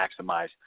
maximize